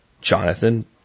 Jonathan